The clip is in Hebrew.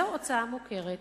זו הוצאה מוכרת